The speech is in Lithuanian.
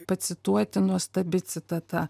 pacituoti nuostabi citata